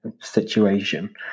situation